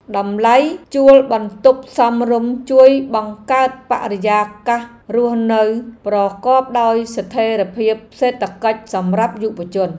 តម្លៃជួលបន្ទប់សមរម្យជួយបង្កើតបរិយាកាសរស់នៅប្រកបដោយស្ថិរភាពសេដ្ឋកិច្ចសម្រាប់យុវជន។